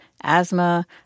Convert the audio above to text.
asthma